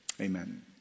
Amen